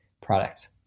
product